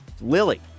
Lily